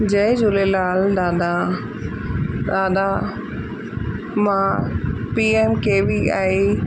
जय झूलेलाल दादा दादा मां पी एम के वी आई